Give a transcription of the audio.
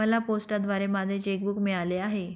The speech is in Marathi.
मला पोस्टाद्वारे माझे चेक बूक मिळाले आहे